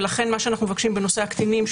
ולכן מה שאנחנו מבקשים בנושא הקטינים הוא